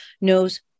knows